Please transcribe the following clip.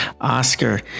Oscar